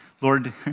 Lord